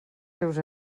seus